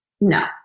No